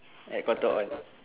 at Cotton On